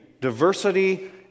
diversity